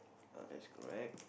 uh that's correct